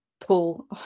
pull